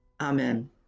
Amen